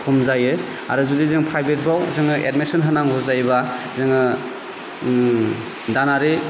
खम जायो आरो जुदि जों प्राइफेटफोराव जोङो एडमिसन होनांगौ जायोबा जोङो ओम दानारि